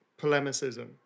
polemicism